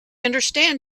understand